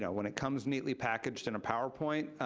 yeah when it comes neatly packaged in a powerpoint,